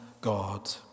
God